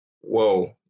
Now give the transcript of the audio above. Whoa